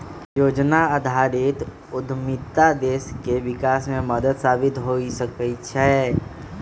परिजोजना आधारित उद्यमिता देश के विकास में मदद साबित हो सकइ छै